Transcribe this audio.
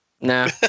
Nah